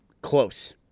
Close